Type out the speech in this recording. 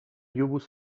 یبوست